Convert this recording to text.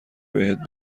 بهت